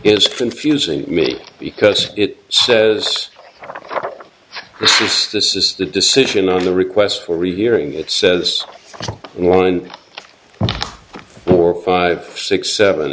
it's confusing me because it says this is the decision on the requests for reviewing it says one four five six seven